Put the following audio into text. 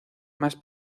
más